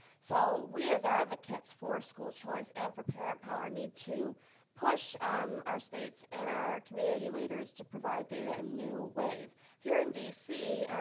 so we as advocates for school choice and for parent power need to push um our states and our community leaders provide data in new ways. here in d c.